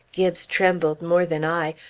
gibbes trembled more than i,